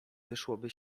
wyszłoby